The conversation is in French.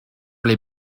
les